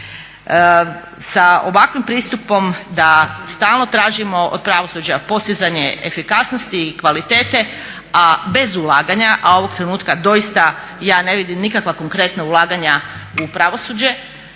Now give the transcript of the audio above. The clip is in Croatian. Sa ovakvim pristupom da stalno tražimo od pravosuđa postizanje efikasnosti i kvalitete, bez ulaganja, a ovog trenutka doista ja ne vidim nikakva konkretna ulaganja u pravosuđe